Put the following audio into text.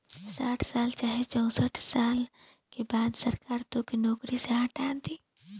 साठ साल चाहे चौसठ साल के बाद सरकार तोके नौकरी से हटा दी